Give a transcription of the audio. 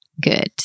Good